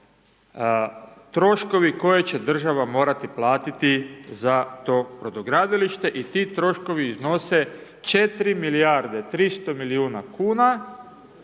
troškovi koje će država morati platiti za to brodogradilište i ti troškovi iznose 4 milijarde 300 milijuna kuna